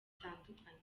zitandukanye